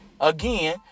again